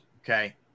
Okay